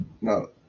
No